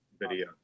video